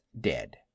dead